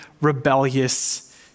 rebellious